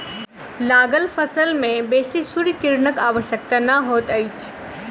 लागल फसिल में बेसी सूर्य किरणक आवश्यकता नै होइत अछि